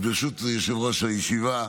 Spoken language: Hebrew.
אז ברשות יושב-ראש הישיבה,